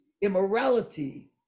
immorality